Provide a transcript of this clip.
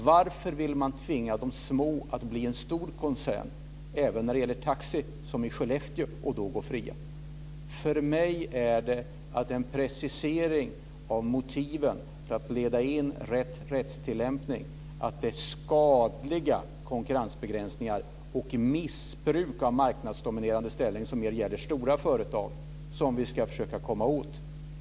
Varför vill man tvinga de små att bli en stor koncern, även när det gäller t.ex. taxi i Skellefteå? Vi ska försöka komma till en precisering av motiven för att leda in rätt rättstillämpning, dvs. komma åt skadliga konkurrensbegränsningar och missbruk av marknadsdominerande ställning av stora företag.